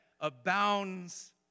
abounds